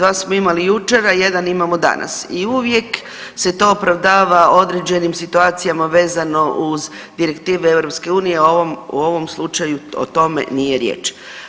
2 smo imali jučer, a jedan imamo danas i uvijek se to opravdava određenim situacijama vezano uz direktive EU, u ovom slučaju o tome nije riječ.